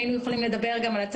אני חוזר על אותם דברים,